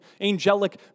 angelic